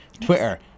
Twitter